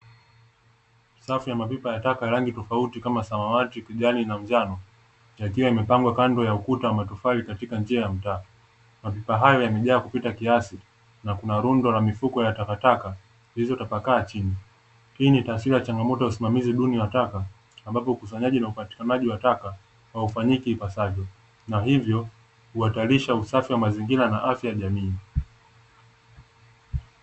Safu ya mapipa ya taka ya rangi tofauti kama samawati, kijani, na njano yakiwa yamepangwa kando ya ukuta wa matofali katika njia ya mtaa. Mapipa hayo yamejaa kupita kiasi na kuna rundo la mifuko ya takataka zilizotapakaa chini hii ni taswira ya changamoto ya usimamizi duni wa taka ambapo ukusanyaji na upatikanaji wa taka haufanyiki ipasavyo. Na hivyo huatarisha usafi wa mazingira na afya ya jamii.